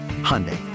Hyundai